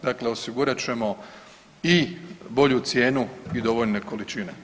Dakle, osigurat ćemo i bolju cijenu i dovoljne količine.